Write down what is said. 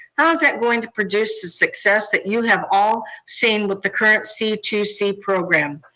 how is that going to produce the success that you have all seen with the current c two c program?